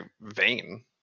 vain